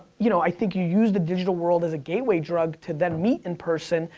you know, i think you use the digital world as a gateway drug, to then meet in person,